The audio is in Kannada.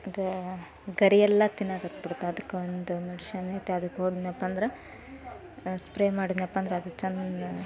ಅದು ಗರಿಯೆಲ್ಲ ತಿನ್ನೋಕೆ ಹತ್ಬಿಡುತ್ತೆ ಅದಕ್ಕೊಂದು ಮೆಡ್ಶನ್ ಐತೆ ಅದಕ್ಕೆ ಹೊಡೆದ್ನಪ್ಪ ಅಂದ್ರೆ ಸ್ಪ್ರೇ ಮಾಡಿದ್ನಪ್ಪ ಅಂದ್ರ ಅದು ಚೆನ್ನ